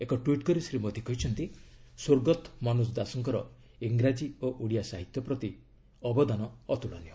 ଏକ ଟ୍ଟିଟ୍ କରି ଶ୍ୱୀ ମୋଦୀ କହିଛନ୍ତି ସ୍ୱର୍ଗତ ମନୋଜ ଦାସଙ୍କର ଇଂରାଜୀ ଓ ଓଡ଼ିଆ ସାହିତ୍ୟ ପ୍ରତି ଅବଦାନ ଅତ୍କଳନୀୟ